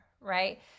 right